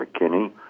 McKinney